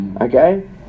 okay